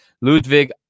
Ludwig